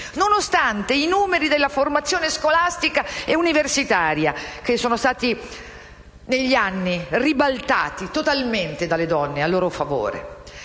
nonostante i numeri della formazione scolastica e universitaria che sono stati negli anni ribaltati totalmente dalle donne, a loro